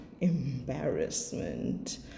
embarrassment